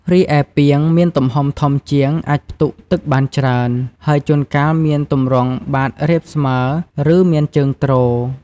រីឯ ពាង មានទំហំធំជាង អាចផ្ទុកទឹកបានច្រើន ហើយជួនកាលមានទម្រង់បាតរាបស្មើ ឬមានជើងទ្រ។